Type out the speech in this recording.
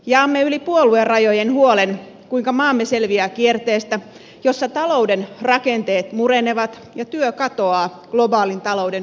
jaamme yli puoluerajojen huolen siitä kuinka maamme selviää kierteestä jossa talouden rakenteet murenevat ja työ katoaa globaalin talouden uusjaossa